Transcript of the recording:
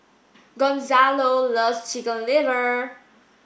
Gonzalo loves chicken liver